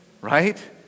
right